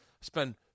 Spend